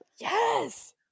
yes